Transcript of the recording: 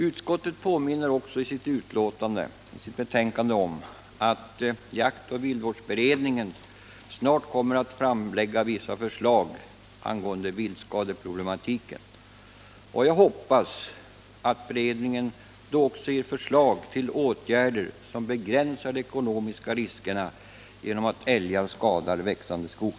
Utskottet påminner i sitt betänkande också om att jaktoch viltvårdsberedningen snart kommer att framlägga vissa förslag angående viltskadeproblematiken. Jag hoppas att beredningen då också ger förslag till åtgärder som begränsar de ekonomiska risker man löper genom att älgar skadar växande skog.